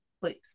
please